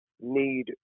need